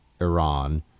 Iran